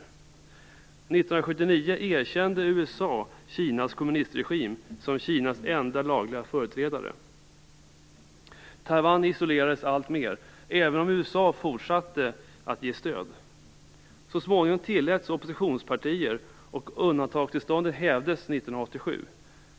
1979 erkände USA Kinas kommunistregim som Kinas enda lagliga företrädare. Taiwan isolerades alltmer, även om USA fortsatte att ge stöd. Så småningom tilläts oppositionspartier, och undantagstillståndet hävdes 1987.